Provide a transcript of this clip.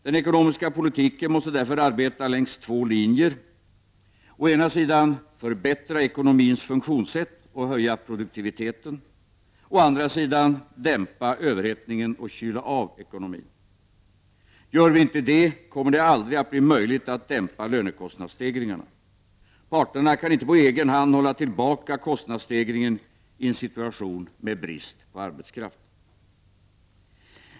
Den ekonomiska politiken måste därför arbeta längs två linjer: å ena sidan förbättra ekonomins funktionssätt och höja produktiviteten, å andra sidan dämpa överhettningen och kyla av ekonomin. Gör vi inte det kommer det aldrig att bli möjligt att dämpa lönekostnadsstegringarna. Parterna kan inte på egen hand hålla tillbaka kostnadsstegringen i en situation med brist på arbetskraft.